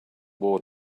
war